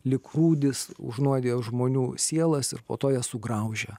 lyg rūdys užnuodija žmonių sielas ir po to jas sugraužia